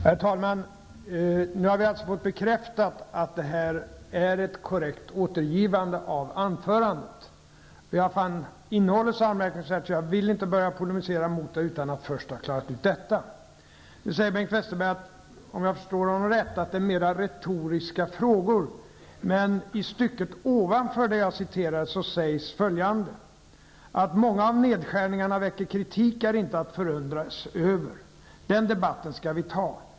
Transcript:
Herr talman! Nu har vi alltså fått bekräftat att mitt citat var ett korrekt återgivande av anförandet. Jag fann innehållet så anmärkningsvärt att jag inte ville börja polemisera mot det utan att först ha klarat ut detta. Nu säger Bengt Westerberg att det är mer retoriska frågor, men i stycket ovanför det jag citerade sägs följande: ''Att många av nedskärningarna väcker kritik är inte att förundras över. Den debatten skall vi ta.